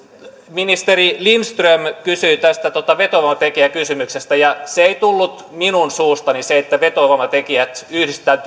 ministeri lindström kysyi tästä vetovoimatekijäkysymyksestä ja se ei tullut minun suustani että vetovoimatekijät yhdistetään